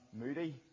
Moody